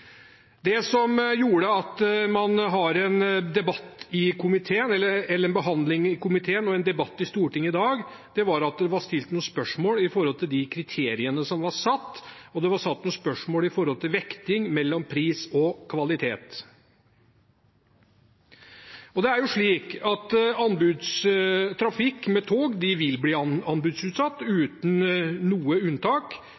i komiteen og i debatten i Stortinget her i dag er det stilt noen spørsmål med tanke på de kriteriene som var satt, og det var noen spørsmål om vekting mellom pris og kvalitet. Det er jo slik at anbudstrafikk med tog vil bli anbudsutsatt